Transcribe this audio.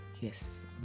yes